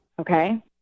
Okay